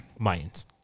Mayans